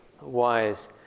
wise